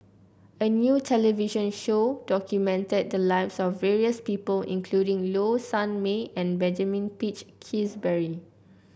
a new television show documented the lives of various people including Low Sanmay and Benjamin Peach Keasberry